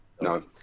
no